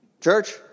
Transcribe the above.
Church